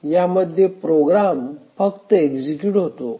यामध्ये प्रोग्रॅम फक्त एक्झिक्युट होतो